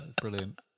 Brilliant